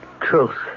truth